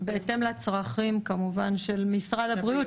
בהתאם לצרכים של משרד הבריאות,